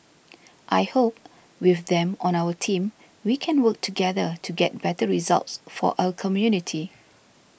I hope with them on our team we can work together to get better results for our community